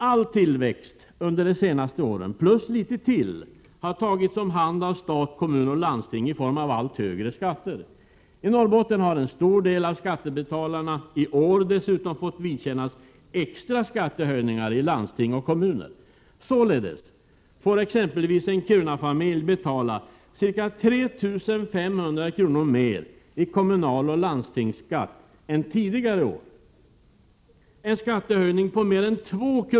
All tillväxt under de senaste åren, plus litet till, har tagits om hand av stat, kommun och landsting i form av allt högre skatter. I Norrbotten har en stor del av skattebetalarna i år dessutom fått vidkännas extra skattehöjningar i landsting och kommuner. Således får exempelvis en Kirunafamilj betala ca 3 500 mer i kommunaloch landstingsskatt än tidigare år — en skattehöjning på mer än 2 kr.